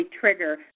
trigger